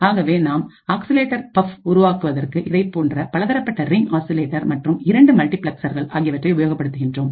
ஆகவே நாம் ஆக்சிலேட்டர் பப் உருவாக்குவதற்கு இதைப்போன்ற பலதரப்பட்ட ரிங் ஆசிலேட்டர் மற்றும் இரண்டு மல்டிபிளக்ஸ்சர்ஸ் ஆகியவற்றை உபயோகப்படுத்துகிறோம்